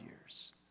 years